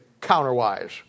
counterwise